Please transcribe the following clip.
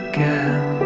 Again